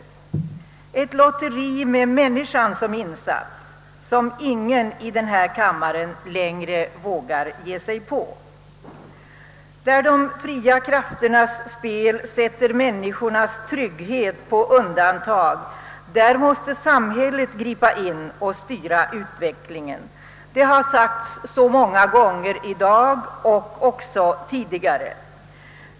Det har varit ett lotteri med människor som insats, vilket ingen i denna kammare längre vågar ge sig in på. Där de fria krafternas spel sätter människornas trygghet på undantag måste samhället gripa in och styra utvecklingen. Det har sagts så många gånger i dag och även tidigare.